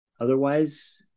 otherwise